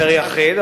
פר יחיד,